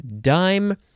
dime